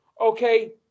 okay